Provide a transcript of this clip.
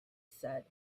said